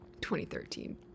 2013